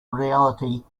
reality